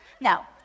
No